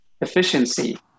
efficiency